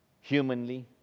humanly